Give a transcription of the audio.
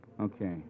Okay